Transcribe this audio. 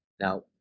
Now